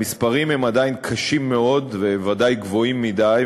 המספרים הם עדיין קשים מאוד ובוודאי גבוהים מדי,